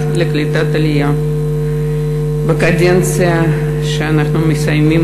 לקליטת העלייה בקדנציה שאנחנו מסיימים,